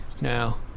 now